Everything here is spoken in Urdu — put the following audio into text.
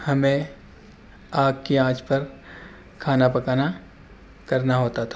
ہمیں آگ کی آنچ پر کھانا پکانا کرنا ہوتا تھا